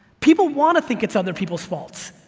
people want to think it's other people's faults.